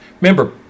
remember